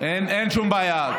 אין שום בעיה.